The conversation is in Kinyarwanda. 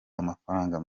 amafaranga